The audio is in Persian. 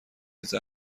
نیز